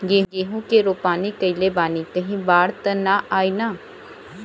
गेहूं के रोपनी कईले बानी कहीं बाढ़ त ना आई ना?